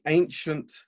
ancient